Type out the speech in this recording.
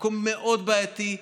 זה מקום מאוד בעייתי,